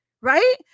right